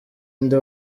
nde